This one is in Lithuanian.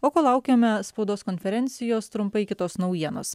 o kol laukiame spaudos konferencijos trumpai kitos naujienos